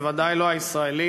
בוודאי לא הישראלית.